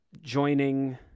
joining